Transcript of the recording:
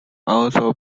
also